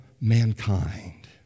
mankind